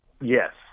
Yes